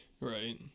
Right